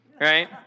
right